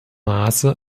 maße